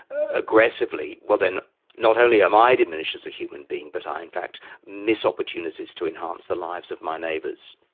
aggressively, well then not only am i diminished as a human being, but i in fact miss opportunities to enhance the lives of my neighbours.